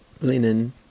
linen